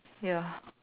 ya